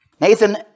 Nathan